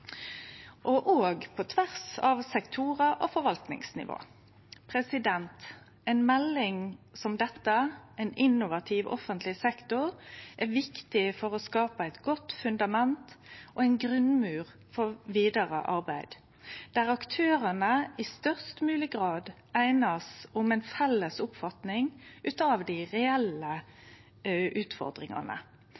på nye måtar, òg på tvers av sektorar og forvaltingsnivå, og at dette er klart og føreseieleg. Ei melding som dette, En innovativ offentlig sektor, er viktig for å skape eit godt fundament og ein grunnmur for vidare arbeid der aktørane i størst mogleg grad einast om ei felles oppfatning av dei reelle